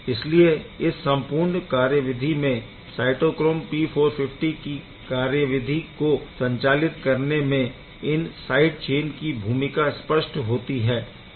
इसलिए इस संपूर्ण कार्यविधि में साइटोक्रोम P450 की क्रियाविधि को संचालित होने में इन साइड चेन की भूमिका स्पष्ट होती है